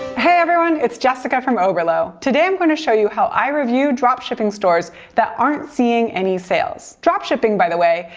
hey everyone it's jessica from oberlo. today i'm going to show you how i review dropshipping stores that aren't seeing any sales. dropshipping, by the way,